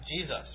Jesus